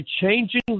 changing